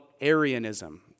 Arianism